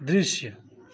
दृश्य